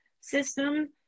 system